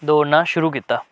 दौड़ना शुरू कीता